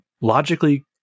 logically